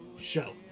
Show